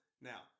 Now